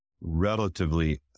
relatively